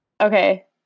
okay